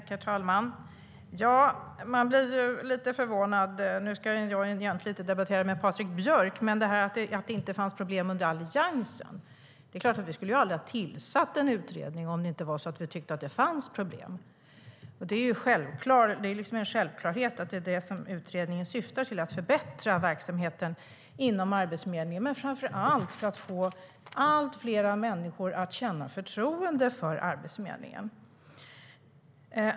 Herr talman! Jag ska egentligen inte debattera med Patrik Björck, men jag blir lite förvånad över påståendet att vi inte skulle ha ansett att det fanns några problem under Alliansens tid. Det är klart att vi aldrig skulle ha tillsatt en utredning om vi inte tyckte att det fanns problem. Det är en självklarhet att utredningen syftar till att förbättra verksamheten inom Arbetsförmedlingen och framför allt att få fler människor att känna förtroende för Arbetsförmedlingen.